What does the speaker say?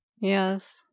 Yes